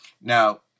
Now